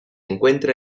encuentra